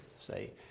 say